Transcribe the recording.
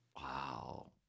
Wow